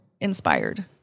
inspired